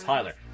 Tyler